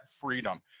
freedom